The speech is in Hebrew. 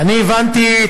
אני הבנתי,